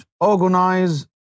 organize